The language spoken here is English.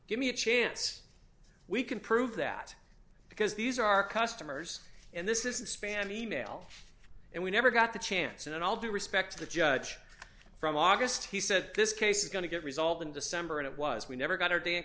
give me a chance we can prove that because these are our customers and this isn't spam email and we never got the chance and all due respect to the judge from august he said this case is going to get resolved in december and it was we never got